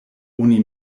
oni